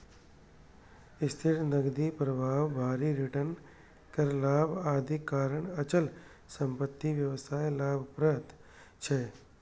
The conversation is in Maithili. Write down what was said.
स्थिर नकदी प्रवाह, भारी रिटर्न, कर लाभ, आदिक कारण अचल संपत्ति व्यवसाय लाभप्रद छै